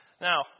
Now